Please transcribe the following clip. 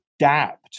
adapt